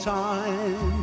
time